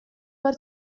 per